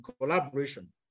collaboration